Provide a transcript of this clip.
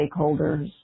stakeholders